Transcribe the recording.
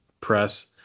press